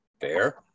Fair